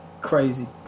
Crazy